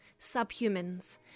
subhumans